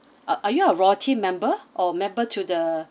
uh are you a royalty member or member to the